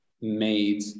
made